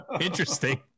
Interesting